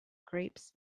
grapes